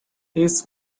his